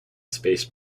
space